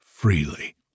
Freely